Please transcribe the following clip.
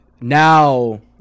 now